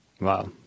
Wow